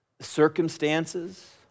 circumstances